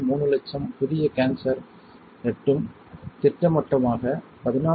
3 லட்சம் புதிய கேன்சரை எட்டும் திட்டமாக 14